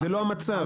אבל לא זה המצב.